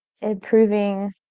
improving